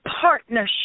partnership